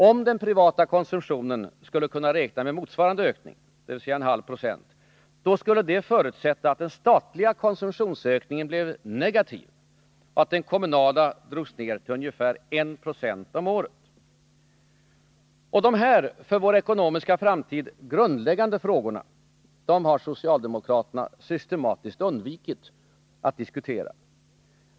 Om den privata konsumtionen skulle kunna räkna med motsvarande ökning, då skulle detta förutsätta att den statliga konsumtionsökningen blev negativ och den kommunala drogs ner till ungefär 1 96 om året. Dessa för vår ekonomiska framtid grundläggande frågor har socialdemokraterna systematiskt undvikit att diskutera.